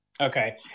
Okay